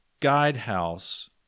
Guidehouse